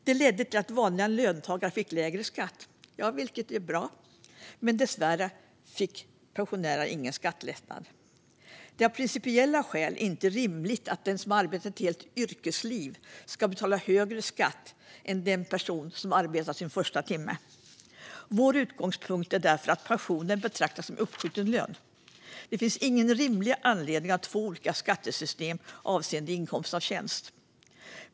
Detta ledde till att vanliga löntagare fick lägre skatt, vilket var bra, men dessvärre fick pensionärerna ingen skattelättnad. Det är av principiella skäl inte rimligt att den som har arbetat ett helt yrkesliv ska betala högre skatt än en person som arbetat sin första timme. Vår utgångspunkt är därför att pensionen ska betraktas som uppskjuten lön. Det finns ingen rimlig anledning att ha två olika skattesystem avseende inkomst av tjänst.